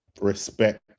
respect